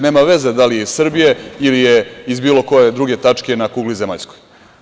Nema veze da li je iz Srbije ili je iz bilo koje druge tačne na kugli zemaljskog.